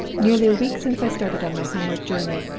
nearly a week since i started on my homeward journey,